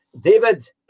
David